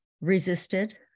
resisted